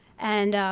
and